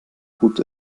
gut